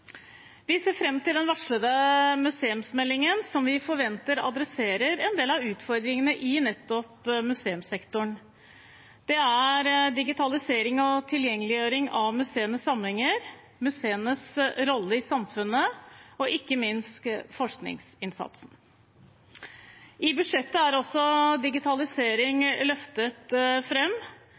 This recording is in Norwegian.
Vi ser fram til den varslede museumsmeldingen, som vi forventer adresserer en del av utfordringene i nettopp museumssektoren, og det er digitalisering og tilgjengeliggjøring av museenes samlinger, museenes rolle i samfunnet og ikke minst forskningsinnsatsen. I budsjettet er også digitalisering løftet